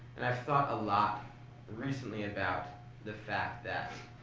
and i've thought a lot recently about the fact that